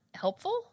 helpful